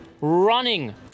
running